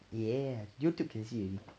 ya YouTube can see already